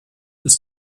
ist